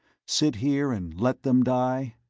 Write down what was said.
sit here and let them die?